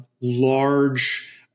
large